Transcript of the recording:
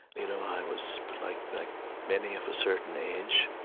you know i was like like many of a certain age,